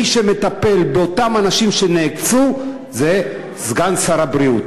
מי שמטפל באותם אנשים שנעקצו זה סגן שר הבריאות.